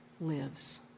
lives